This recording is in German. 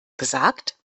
gesagt